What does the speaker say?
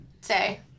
say